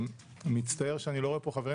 אני מצטער שאני לא רואה פה חברים